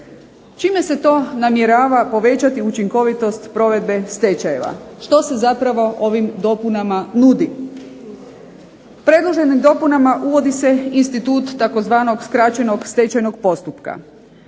Čime se to namjerava povećati učinkovitost provedbe stečajeva? Što se zapravo ovim dopunama nudi? Predloženim dopunama uvodi se institut tzv. skraćenog stečajnog postupka.